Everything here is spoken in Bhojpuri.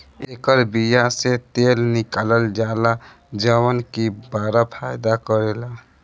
एकर बिया से तेल निकालल जाला जवन की बड़ा फायदा करेला